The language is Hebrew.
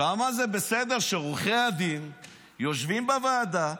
שם זה בסדר שעורכי הדין יושבים בוועדה,